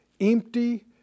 empty